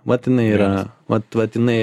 vat jinai yra vat vat jinai